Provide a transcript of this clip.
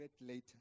later